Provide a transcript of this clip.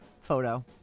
photo